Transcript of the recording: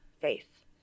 faith